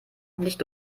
nicht